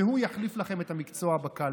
והוא יחליף לכם את המקצוע בקלפי.